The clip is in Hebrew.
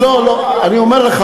אני אומר לך,